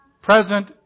present